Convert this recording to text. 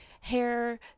hair